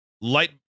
light